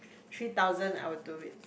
three thousand I will do it